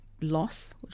loss